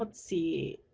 but see,